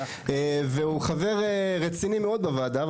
והוא חבר רציני מאוד בוועדה,